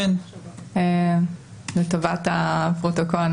לטובת הפרוטוקול,